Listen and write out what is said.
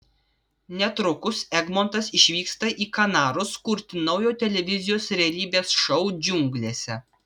netrukus egmontas išvyksta į kanarus kurti naujo televizijos realybės šou džiunglėse